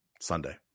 Sunday